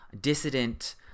dissident